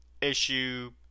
issue